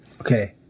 Okay